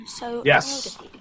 Yes